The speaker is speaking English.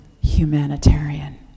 humanitarian